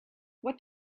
what